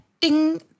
ding